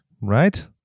Right